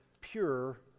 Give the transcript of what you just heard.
pure